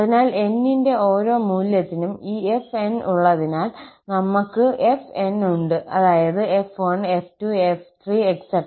അതിനാൽ n ന്റെ ഓരോ മൂല്യത്തിനും ഈ 𝑓𝑛 ഉള്ളതിനാൽ നമ്മൾ ക്ക് fn ഉണ്ട് അതായത് 𝑓1 𝑓2 𝑓3